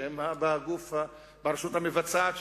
שהם ברשות המבצעת,